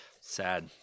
Sad